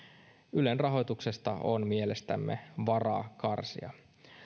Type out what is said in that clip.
ylen rahoituksesta on mielestämme varaa karsia